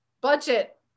budget